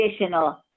additional